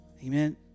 Amen